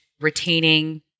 retaining